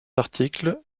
articles